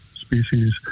species